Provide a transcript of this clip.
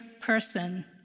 person